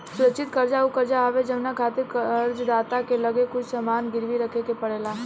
सुरक्षित कर्जा उ कर्जा हवे जवना खातिर कर्ज दाता के लगे कुछ सामान गिरवी रखे के पड़ेला